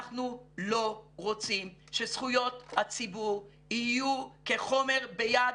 אנחנו לא רוצים שזכויות הציבור יהיו כחומר ביד